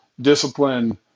discipline